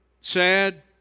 Sad